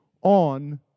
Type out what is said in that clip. on